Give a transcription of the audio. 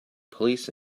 police